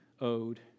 owed